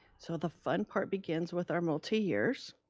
so the fun part begins with our multi years.